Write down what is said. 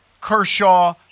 Kershaw